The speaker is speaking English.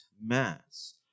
mass